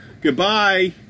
Goodbye